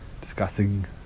discussing